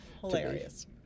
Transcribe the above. Hilarious